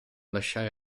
lasciare